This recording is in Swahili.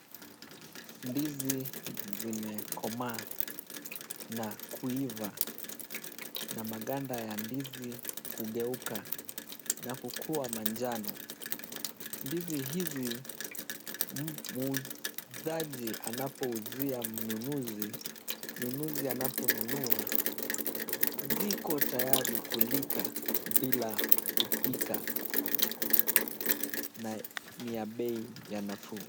Ndizi zimekomaa na kuiva, na maganda ya ndizi kugeuka na kukuwa manjano. Ndizi hizi, muuzaji anapouzia mnunuzi, mnunuzi anaponunua, ziko tayari kulika bila kupika na ni ya bei ya nafuu.